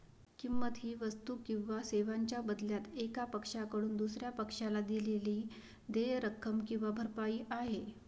किंमत ही वस्तू किंवा सेवांच्या बदल्यात एका पक्षाकडून दुसर्या पक्षाला दिलेली देय रक्कम किंवा भरपाई आहे